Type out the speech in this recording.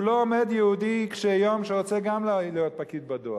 מולו עומד יהודי קשה-יום שרוצה גם להיות פקיד בדואר,